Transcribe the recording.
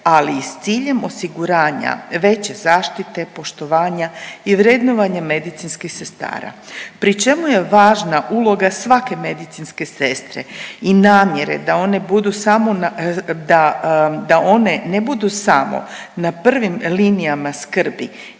ali i s ciljem osiguranja veće zaštite poštovanja i vrednovanje medicinskih sestara pri čemu je važna uloga svake medicinske sestre i namjere da one budu samo, da one ne budu samo na prvim linijama skrbi